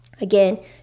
Again